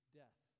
death